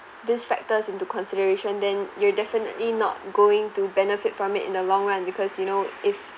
this factors into consideration then you're definitely not going to benefit from it in the long run because you know if